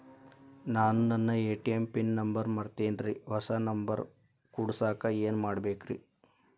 ನಾನು ನನ್ನ ATM pin number ಮರ್ತೇನ್ರಿ, ಹೊಸಾ ನಂಬರ್ ಕುಡಸಾಕ್ ಏನ್ ಮಾಡ್ಬೇಕ್ರಿ?